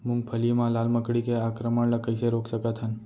मूंगफली मा लाल मकड़ी के आक्रमण ला कइसे रोक सकत हन?